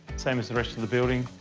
same as the rest of the building.